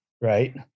right